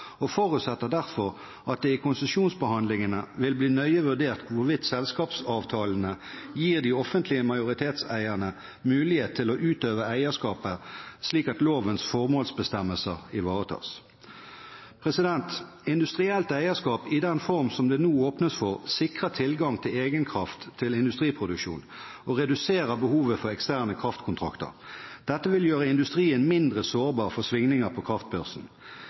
og forutsetter derfor at det i konsesjonsbehandlingene vil bli nøye vurdert hvorvidt selskapsavtalen gir de offentlige majoritetseierne mulighet til å utøve eierskapet slik at lovens formålsbestemmelse ivaretas. Industrielt eierskap i den form som det nå åpnes for, sikrer tilgang til egenkraft til industriproduksjon og reduserer behovet for eksterne kraftkontrakter. Dette vil gjøre industrien mindre sårbar for svingninger på kraftbørsen.